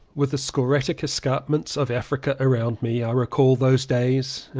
with the scoriae escarpments of africa around me, i recall those days,